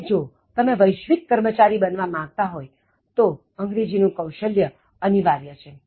અને જો તમે વૈશ્વિક કર્મચારી બનવા માગતા હોય તો અંગ્રેજી નું કૌશલ્ય અનિવાર્ય છે